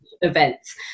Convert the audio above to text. events